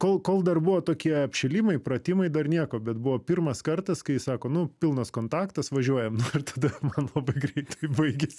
kol kol dar buvo tokie apšilimai pratimai dar nieko bet buvo pirmas kartas kai sako nu pilnas kontaktas važiuojam nu ir tada man labai greitai baigės